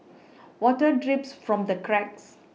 water drips from the cracks